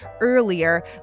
earlier